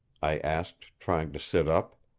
i asked, trying to sit up.